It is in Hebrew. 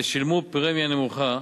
ושילמו פרמיה נמוכה